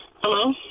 Hello